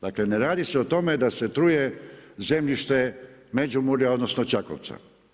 Dakle ne radi se o tome da se truje zemljište Međimurja odnosno Čakovca.